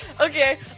Okay